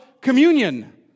communion